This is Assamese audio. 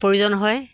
প্ৰয়োজন হয়